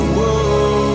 Whoa